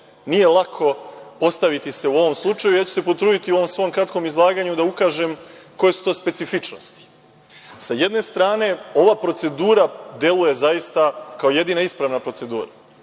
Nije lako postaviti se u ovom slučaju i ja ću se potruditi u ovom svom kratkom izlaganju da ukažem koje su to specifičnosti. Sa jedne strane, ova procedura deluje zaista kao jedina ispravna procedura.